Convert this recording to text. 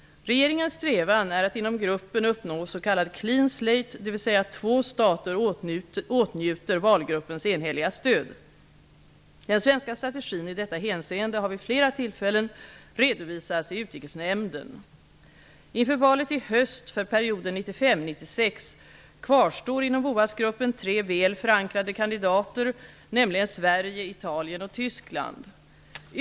Regeringens strävan är att inom gruppen uppnå s.k. clean slate, dvs. att två stater åtnjuter valgruppens enhälliga stöd. Den svenska strategin i detta hänseende har vid flera tillfällen redovisats i Utrikesnämnden. Inför valet i höst för perioden 1995--1996 kvarstår inom VOAS-gruppen tre väl förankrade kandidater, nämligen Sverige, Italien och Tyskland.